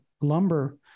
lumber